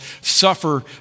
suffer